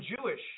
Jewish